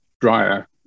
drier